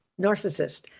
narcissist